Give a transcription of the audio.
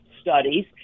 Studies